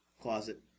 Closet